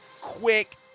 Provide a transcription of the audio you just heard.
quick